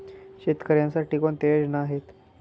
शेतकऱ्यांसाठी कोणत्या योजना आहेत?